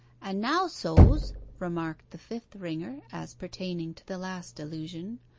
and now so's remarked the fifth ringer, as pertaining to the last allusion,